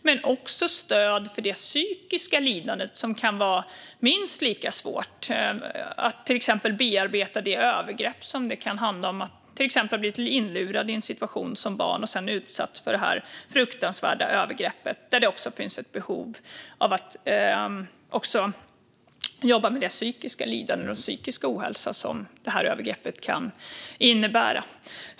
Det går också att få stöd för det psykiska lidandet som kan vara minst lika svårt. Det kan handla om att man behöver bearbeta övergreppet som det kan innebära att till exempel ha blivit inlurad i en situation som barn och sedan utsatt för det här fruktansvärda övergreppet. Det kan alltså finnas ett behov av att jobba med det psykiska lidande och den psykiska ohälsa som det här övergreppet kan innebära.